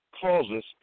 causes